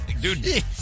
dude